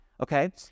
okay